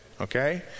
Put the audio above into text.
okay